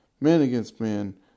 man-against-man